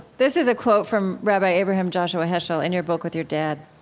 this is a quote from rabbi abraham joshua heschel in your book with your dad.